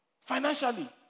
financially